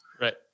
Right